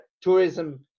tourism